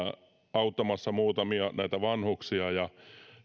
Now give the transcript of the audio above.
auttamassa muutamia vanhuksia ja